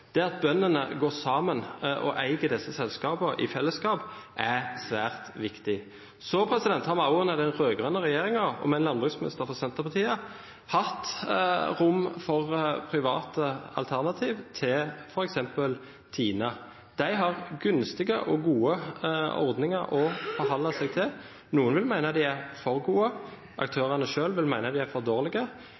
Det at bøndene går sammen og eier disse selskapene i fellesskap, er svært viktig. Så har vi også under den rød-grønne regjeringen, og med en landbruksminister fra Senterpartiet, hatt rom for private alternativer til f.eks. Tine. De har gunstige og gode ordninger å forholde seg til. Noen vil mene de er for gode, aktørene selv vil mene at de er for dårlige.